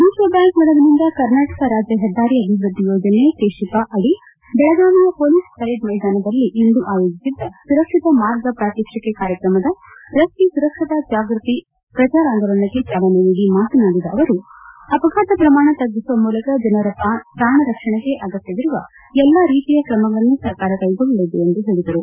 ವಿಶ್ವಬ್ಕಾಂಕ್ ನೆರವಿನಿಂದ ಕರ್ನಾಟಕ ರಾಜ್ಯ ಹೆದ್ದಾರಿ ಅಭಿವೃದ್ದಿ ಯೋಜನೆ ಕೆಶಿಪ್ ಅಡಿ ಬೆಳಗಾವಿಯ ಪೊಲೀಸ್ ಪರೇಡ್ ಮೈದಾನದಲ್ಲಿ ಇಂದು ಆಯೋಜಿಸಿದ್ದ ಸುರಕ್ಷಿತ ಮಾರ್ಗ ಪಾತ್ತಕ್ಷಿಕೆ ಕಾರ್ಯಕ್ರಮದ ರಸ್ತೆ ಸುರಕ್ಷತಾ ಜಾಗೃತಿ ಪ್ರಚಾರೋಂದಲನಕ್ಕೆ ಚಾಲನೆ ನೀಡಿ ಮಾತನಾಡಿದ ಅವರು ಅಪಘಾತ ಪ್ರಮಾಣ ತ್ಗಿಸುವ ಮೂಲಕ ಜನರ ಪ್ರಾಣರಕ್ಷಣೆಗೆ ಅಗತ್ತವಿರುವ ಎಲ್ಲ ರೀತಿಯ ಕ್ರಮಗಳನ್ನು ಸರ್ಕಾರ ಕೈಗೊಳ್ಳಲಿದೆ ಎಂದು ಪೇಳಿದರು